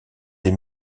des